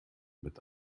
mit